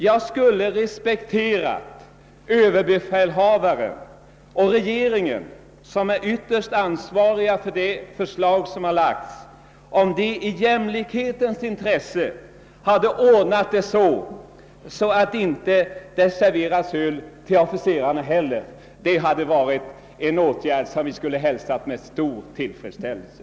Jag skulle respektera överbefälhavaren och regeringen, som ytterst är ansvariga för det förslag som lagts, om de i jämlikhetens intresse hade ordnat så att öl inte serveras till officerarna heller. En sådan åtgärd skulle vi ha hälsat med stor tillfredsställelse.